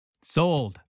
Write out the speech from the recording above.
Sold